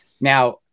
Now